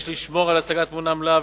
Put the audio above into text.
יש לשמור על הצגת תמונה מלאה,